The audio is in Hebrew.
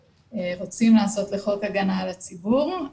שרוצים לעשות לחוק הגנה על הציבור.